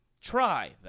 Try